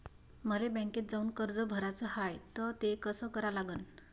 मले बँकेत जाऊन कर्ज भराच हाय त ते कस करा लागन?